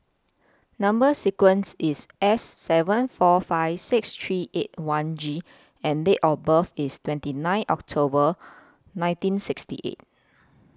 Number sequence IS S seven four five six three eight one G and Date of birth IS twenty nine October nineteen sixty eight